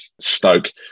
stoke